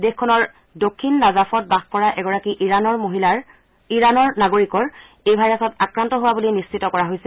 দেশখনৰ দক্ষিণ নাজাফত বাস কৰা এগৰাকী ইৰানৰ নাগৰিক এই ভাইৰাছত আক্ৰান্ত হোৱা বুলি নিশ্চিত কৰা হৈছে